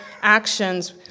actions